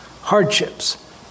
hardships